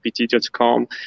pt.com